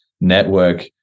network